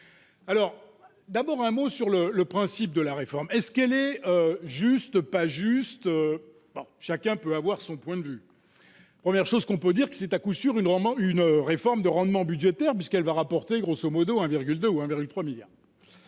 Alors d'abord un mot sur le le principe de la réforme est ce qu'elle est juste pas juste, chacun peut avoir son point de vue, première chose qu'on peut dire que c'est à coup sûr une une réforme de rendement budgétaire puisqu'elle va rapporter grosso modo 1,2 ou 1,3 1000000.